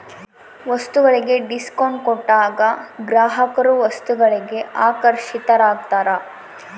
ವಸ್ತುಗಳಿಗೆ ಡಿಸ್ಕೌಂಟ್ ಕೊಟ್ಟಾಗ ಗ್ರಾಹಕರು ವಸ್ತುಗಳಿಗೆ ಆಕರ್ಷಿತರಾಗ್ತಾರ